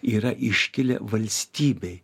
yra iškilę valstybei